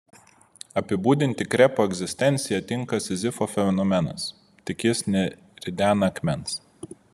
apibūdinti krepo egzistenciją tinka sizifo fenomenas tik jis neridena akmens